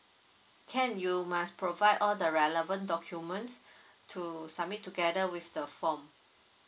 can you must provide all the relevant documents to submit together with the form